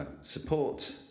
support